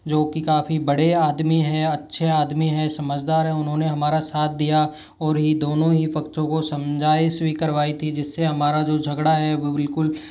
जो कि काफ़ी बड़े आदमी हैं अच्छे आदमी हैं समझदार हैं उन्होंने हमारा साथ दिया ओर ही दोनों ही पक्षों को समझाए स्वीकृति करवाई थी जिससे हमारा जो झगड़ा है वो बिल्कुल